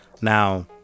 now